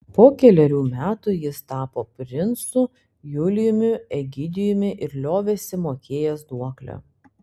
po kelerių metų jis tapo princu julijumi egidijumi ir liovėsi mokėjęs duoklę